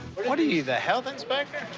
what are you, the health inspector?